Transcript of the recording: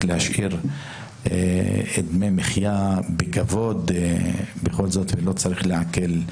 להשאיר דמי מחייה בכבוד ולא צריך לעקל.